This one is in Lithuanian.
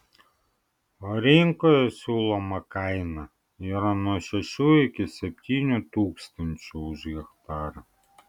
o rinkoje siūloma kaina yra nuo šešių iki septynių tūkstančių už hektarą